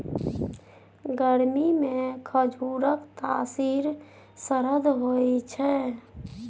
गरमीमे खजुरक तासीर सरद होए छै